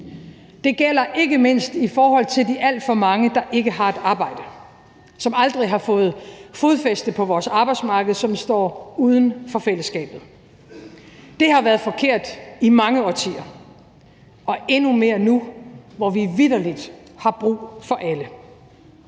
Det gælder ikke mindst i forhold til de alt for mange, der ikke har et arbejde, som aldrig har fået fodfæste på vores arbejdsmarked, og som står uden for fællesskabet. Det har været forkert i mange årtier og er det endnu mere nu, hvor vi vitterlig har brug for alle.